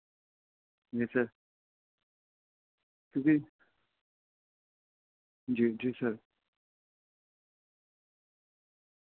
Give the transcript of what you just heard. جی sir جی جی سر